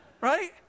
Right